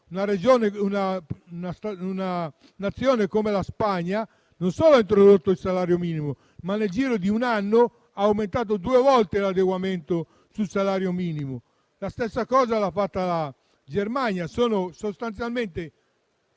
una Nazione come la Spagna non solo ha introdotto il salario minimo, ma nel giro di un anno ha aumentato due volte l'adeguamento del salario minimo; la stessa cosa ha fatto la Germania. Sono sostanzialmente